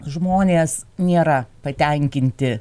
žmonės nėra patenkinti